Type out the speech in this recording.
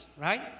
right